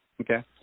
Okay